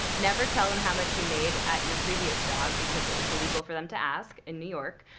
never tell them how much you made at your previous job because it's illegal for them to ask in new york.